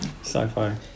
sci-fi